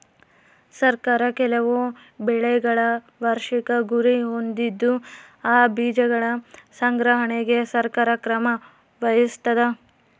ಸರ್ಕಾರ ಕೆಲವು ಬೆಳೆಗಳ ವಾರ್ಷಿಕ ಗುರಿ ಹೊಂದಿದ್ದು ಆ ಬೀಜಗಳ ಸಂಗ್ರಹಣೆಗೆ ಸರ್ಕಾರ ಕ್ರಮ ವಹಿಸ್ತಾದ